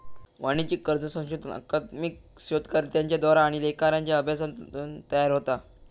वाणिज्यिक कर्ज संशोधन अकादमिक शोधकर्त्यांच्या द्वारा आणि लेखाकारांच्या अभ्यासातून तयार होता